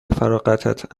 فراغتت